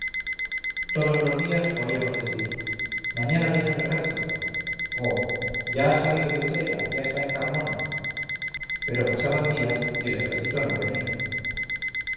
todos los días oíamos decir mañana viene el ejército o ya ha salido de utrera ya está en carmona pero pasaban días y el ejército no venía